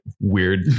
weird